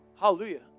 Hallelujah